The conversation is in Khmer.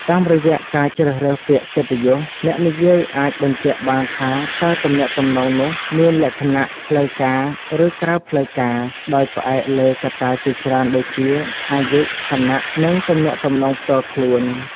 តាមរយៈការជ្រើសរើសពាក្យកិត្តិយស អ្នកនិយាយអាចបញ្ជាក់បានថាតើទំនាក់ទំនងនោះមានលក្ខណៈផ្លូវការ ឬក្រៅផ្លូវការ ដោយផ្អែកលើកត្តាជាច្រើនដូចជា អាយុ ឋានៈ និងទំនាក់ទំនងផ្ទាល់ខ្លួន។